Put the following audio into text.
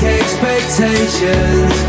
expectations